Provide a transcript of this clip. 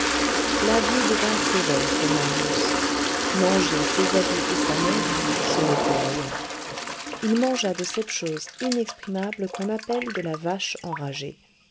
la vie devint sévère pour marius manger ses habits et sa montre ce n'était rien il mangea de cette chose inexprimable qu'on appelle de la vache enragée